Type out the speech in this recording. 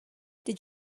did